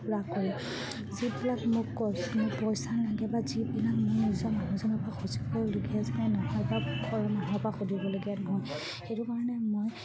লাভ কৰোঁ যিবিলাক মোক কৈ মোৰ পইচা লাগে বা যিবিলাক মোৰ নিজৰ মানুহজনৰ পৰা খুজি পৰে উলিয়াই যেনে নহয় বা ঘৰৰ মানুহৰ পৰা সুধিবলগীয়া নহয় সেইটো কাৰণে মই